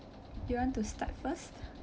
you want to start first